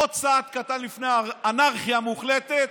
עוד צעד קטן לפני אנרכיה מוחלטת,